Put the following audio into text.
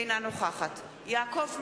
אינה נוכחת יעקב מרגי,